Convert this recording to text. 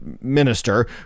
minister